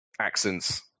accents